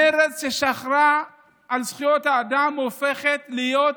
מרצ, שוחרת זכויות אדם, הופכת להיות,